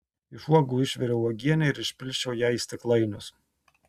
iš uogų išviriau uogienę ir išpilsčiau ją į stiklainius